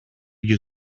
you